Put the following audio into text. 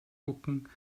gucken